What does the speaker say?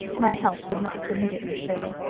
my health would not permit it, miss shirley.